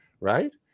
Right